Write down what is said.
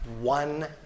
one